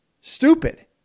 stupid